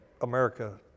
America